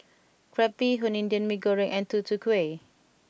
Crab Bee Hoon Indian Mee Goreng and Tutu Kueh